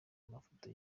amafoto